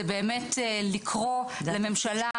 זה באמת לקרוא לממשלה,